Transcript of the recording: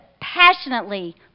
passionately